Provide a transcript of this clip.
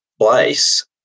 place